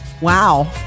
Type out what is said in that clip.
Wow